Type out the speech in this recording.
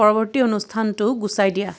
পৰৱৰ্তী অনুষ্ঠানটো গুচাই দিয়া